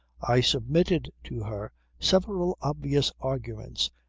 i submitted to her several obvious arguments,